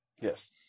Yes